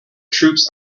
troops